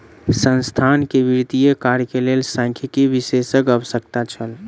संस्थान के वित्तीय कार्य के लेल सांख्यिकी विशेषज्ञक आवश्यकता छल